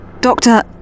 Doctor